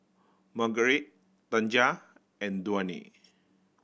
Margurite Tanja and Dwayne